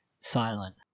silent